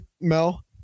Mel